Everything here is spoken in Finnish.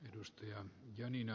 edustaja janina